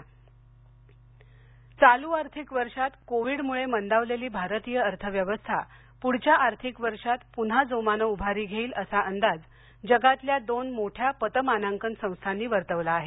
अर्थव्यवर्स्था चालू आर्थिक वर्षात कोविडमुळे मंदावलेली भारतीय अर्थव्यवस्था पुढच्या आर्थिक वर्षात पुन्हा जोमाने उभारी घेईल असा अंदाज जगातल्या दोन मोठ्या पत मानांकन संस्थांनी वर्तवला आहे